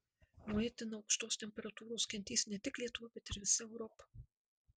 nuo itin aukštos temperatūros kentės ne tik lietuva bet ir visa europa